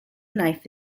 knife